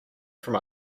from